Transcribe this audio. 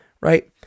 right